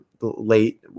late